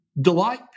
delight